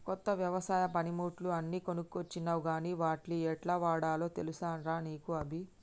కొత్త వ్యవసాయ పనిముట్లు అన్ని కొనుకొచ్చినవ్ గని వాట్ని యెట్లవాడాల్నో తెలుసా రా నీకు అభి